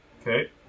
Okay